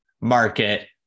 market